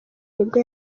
nibwo